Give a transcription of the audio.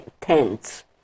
tents